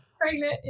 pregnant